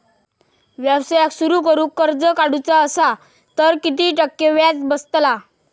व्यवसाय सुरु करूक कर्ज काढूचा असा तर किती टक्के व्याज बसतला?